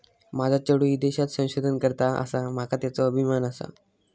माझा चेडू ईदेशात संशोधन करता आसा, माका त्येचो अभिमान आसा